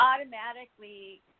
automatically